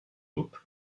group